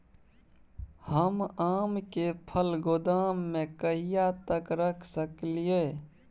हम आम के फल गोदाम में कहिया तक रख सकलियै?